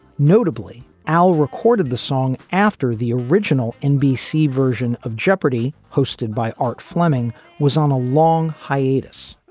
notably, al recorded the song after the original nbc version of jeopardy, hosted by art fleming was on a long hiatus.